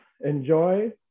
enjoy